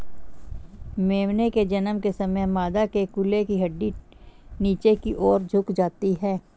मेमने के जन्म के समय मादा के कूल्हे की हड्डी नीचे की और झुक जाती है